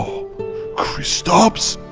kristaps?